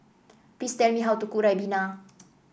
please tell me how to cook ribena